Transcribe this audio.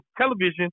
television